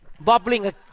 bubbling